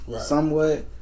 Somewhat